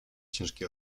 ciężki